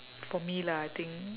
for me lah I think